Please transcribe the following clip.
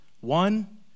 One